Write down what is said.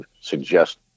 suggest